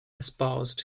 espoused